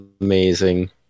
amazing